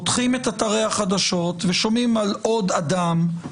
פותחים את אתרי החדשות ושומעים על עוד אדם,